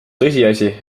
tõsiasi